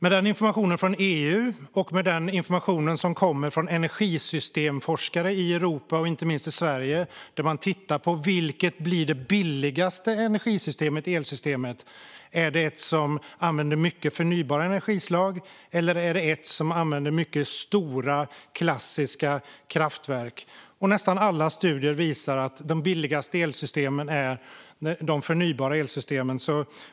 Den informationen kommer från EU, och det kommer också information från energisystemforskare i Europa och inte minst i Sverige som tittar på vilket energisystem som blir det billigaste: Är det ett som använder mycket förnybara energislag, eller är det ett som använder mycket stora klassiska kraftverk? Nästan alla studier visar att de billigaste elsystemen är de förnybara elsystemen.